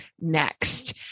next